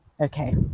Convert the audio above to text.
okay